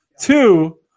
Two